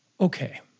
Okay